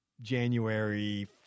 January